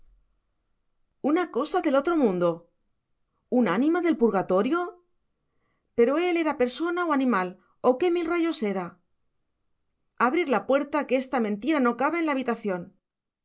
una cosa del otro mundo un ánima del purgatorio pero él era persona o animal o qué mil rayos era abrir la puerta que esta mentira no cabe en la habitación